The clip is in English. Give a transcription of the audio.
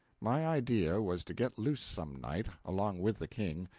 my idea was to get loose some night, along with the king,